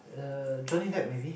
uh Johnny Depp maybe